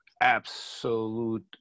absolute